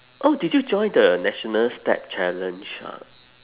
oh did you join the national step challenge ah